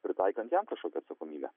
pritaikant jam kažkokią atsakomybę